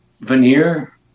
veneer